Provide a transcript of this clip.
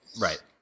right